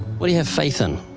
what do you have faith in?